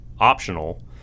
optional